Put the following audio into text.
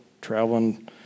traveling